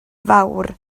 fawr